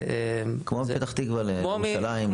כמו פתח תקווה לירושלים, אין שעה.